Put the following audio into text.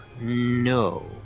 no